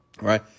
right